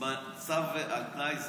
על תנאי,